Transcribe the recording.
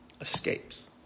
escapes